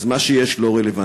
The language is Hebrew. אז מה שיש לא רלוונטי.